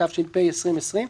ח' בסיון התש"ף (31 במאי 2020),